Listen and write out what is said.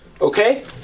Okay